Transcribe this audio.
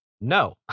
No